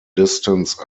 distance